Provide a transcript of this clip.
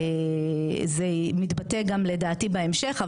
זה מתבטא גם לדעתי בהמשך,